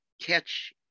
catch